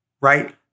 right